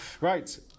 Right